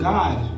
God